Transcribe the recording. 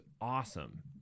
awesome